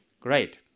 Great